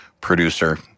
producer